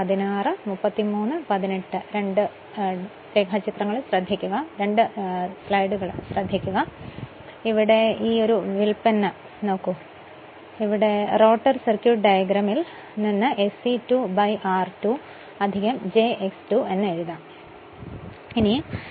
അതിനാൽ ഈ വ്യുൽപ്പന്നം നോക്കൂ 2 റോട്ടർ സർക്യൂട്ട് ഡയഗ്രാമിൽ നിന്ന് SE2 r2 j SX 2 എഴുതാം